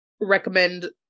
recommend